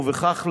ובכך,